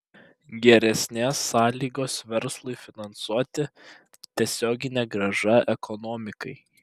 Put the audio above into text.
geresnės sąlygos verslui finansuoti tiesioginė grąža ekonomikai